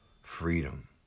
Freedom